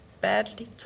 badly